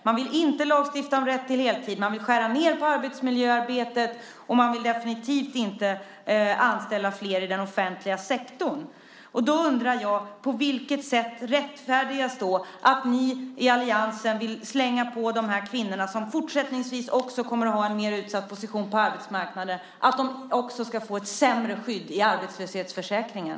Man vill inte lagstifta om rätt till heltid. Man vill skära ned på arbetsmiljöarbetet, och man vill definitivt inte anställa flera i den offentliga sektorn. Då undrar jag: På vilket sätt rättfärdigar då ni i alliansen att ni vill slänga på dessa kvinnor, som även fortsättningsvis kommer att ha en mer utsatt position på arbetsmarknaden, ett sämre skydd i arbetslöshetsförsäkringen?